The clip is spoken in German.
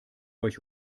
euch